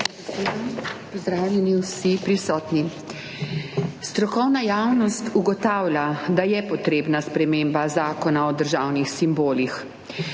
Pozdravljeni vsi prisotni! Strokovna javnost ugotavlja, da je potrebna sprememba zakona o državnih simbolih.